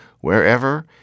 wherever